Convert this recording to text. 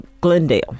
Glendale